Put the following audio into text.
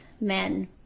men